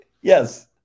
Yes